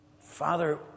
Father